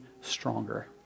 stronger